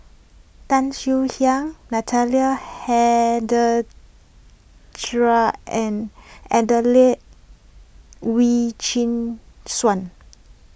Tan Swie Hian Natalie Adelene Wee Chin Suan